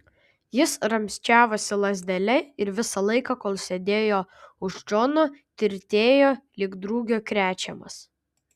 jis ramsčiavosi lazdele ir visą laiką kol sėdėjo už džono tirtėjo lyg drugio krečiamas